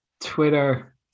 Twitter